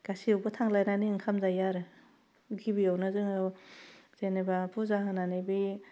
गासियावबो थांलायनानै ओंखाम जायो आरो गिबियावनो जोङो जेनेबा फुजा होनानै बे